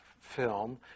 film